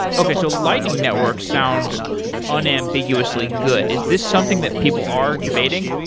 okay. so lightning network sound unambiguously good. is this something that people are debating?